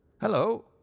hello